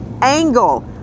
Angle